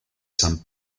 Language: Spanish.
san